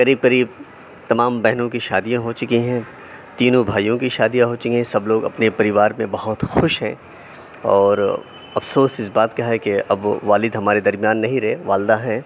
قریب قریب تمام بہنوں کی شادیاں ہو چکی ہیں تینوں بھائیوں کی شادیاں ہو چکی ہیں سب لوگ اپنے اپنے پریوار میں بہت خوش ہیں اور افسوس اس بات کا ہے کہ اب والد ہمارے درمیان نہیں رہے والدہ ہیں